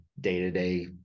day-to-day